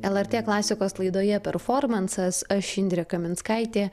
lrt klasikos laidoje performansas aš indrė kaminskaitė